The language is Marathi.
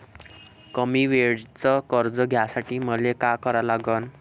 कमी वेळेचं कर्ज घ्यासाठी मले का करा लागन?